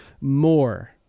more